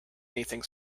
anything